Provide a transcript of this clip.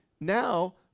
now